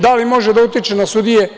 Da li može da utiče na sudije?